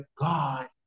God